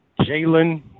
Jalen